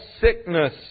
sickness